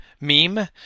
Meme